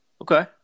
Okay